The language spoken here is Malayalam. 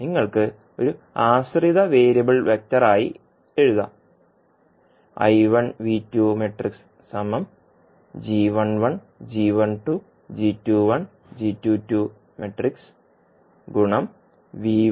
നിങ്ങൾക്ക് എങ്ങനെ മാട്രിക്സ രൂപത്തിൽ എഴുതാം